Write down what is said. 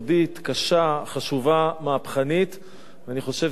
ואני חושב שאין פה מישהו באולם הזה שלא מברך על הפעולה הזאת.